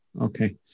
Okay